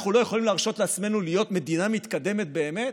אנחנו לא יכולים להרשות לעצמנו להיות מדינה מתקדמת באמת?